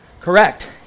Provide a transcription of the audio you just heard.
Correct